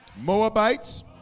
Moabites